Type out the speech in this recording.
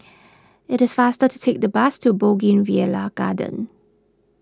it is faster to take the bus to Bougainvillea Garden